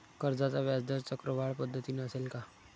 कर्जाचा व्याजदर चक्रवाढ पद्धतीने असेल का?